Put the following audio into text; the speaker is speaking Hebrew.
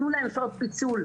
תנו להם שעות פיצול,